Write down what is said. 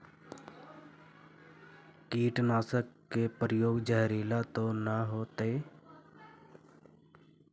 कीटनाशक के प्रयोग, जहरीला तो न होतैय?